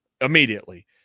immediately